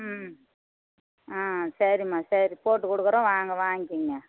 ம் ஆ சரிம்மா சரி போட்டுக்கொடுக்குறேன் வாங்க வாங்கிக்கோங்க